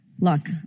look